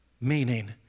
meaning